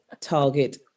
target